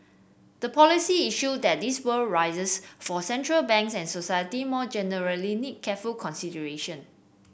the policy issue that this would raises for central banks and society more generally need careful consideration